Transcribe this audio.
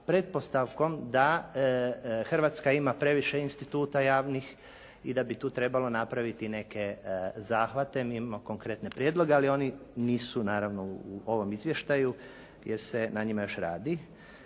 pretpostavkom da Hrvatska ima previše instituta javnih i da bi tu trebalo napraviti neke zahvate. Mi imamo konkretne prijedloge ali oni nisu naravno u ovom izvještaju jer se na njima još radi.